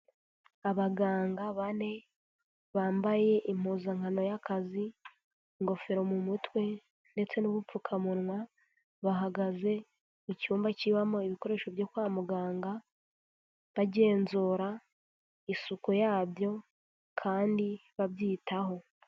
Abaganga bane bambaye impuzankano y'akazi ingofero mu mutwe ndetse n'ubupfukamunwa bahagaze mu cyumba kibamo ibikoresho byo kwa muganga bagenzura isuku yabyo kandi babyitaho.